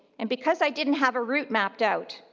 and because i didn't have a route mapped out,